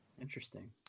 Interesting